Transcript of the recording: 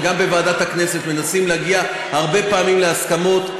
וגם בוועדת הכנסת מנסים להגיע הרבה פעמים להסכמות.